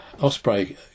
Osprey